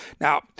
Now